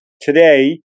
today